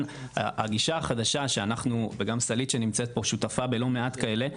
הגישה החדשה וגם סלעית שנמצאת פה שותפה בלא מעט כאלה,